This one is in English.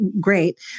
great